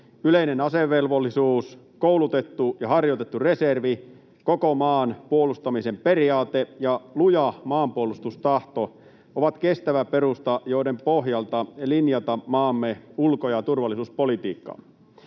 Yleinen asevelvollisuus, koulutettu ja harjoitettu reservi, koko maan puolustamisen periaate ja luja maanpuolustustahto ovat kestävä perusta, jonka pohjalta linjata maamme ulko‑ ja turvallisuuspolitiikkaa.